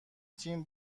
تیم